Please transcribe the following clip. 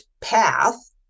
path